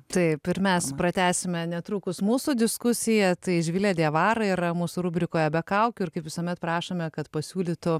taip ir mes pratęsime netrukus mūsų diskusiją tai živilė diavara yra mūsų rubrikoje be kaukių ir kaip visuomet prašome kad pasiūlytų